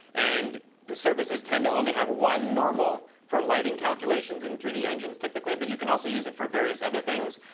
and the surfaces tend to only have one normal for lighting calculations in three d engines typically, but you can also use it for various other things.